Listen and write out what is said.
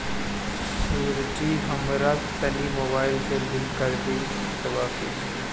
सरजी हमरा तनी मोबाइल से लिंक कदी खतबा के